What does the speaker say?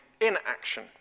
inaction